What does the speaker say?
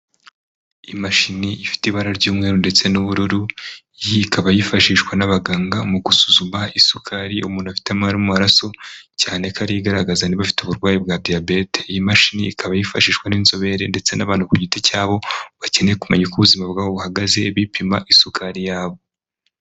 Imashini ifite ibara ry'umweru ndetse n'ubururu. Iyi ikaba yifashishwa n'abaganga mu gusuzuma isukari umuntu afite mu maraso, cyane ko ari yo igaragaza niba bafite uburwayi bwa diyabete. Iyi mashini ikaba yifashishwa n'inzobere ndetse n'abantu ku giti cyabo bakeneye kumenya uko ubuzima bwabo buhagaze, bipima isukari yabo.